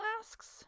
asks